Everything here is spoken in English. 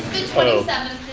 twenty seventh.